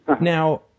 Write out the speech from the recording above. Now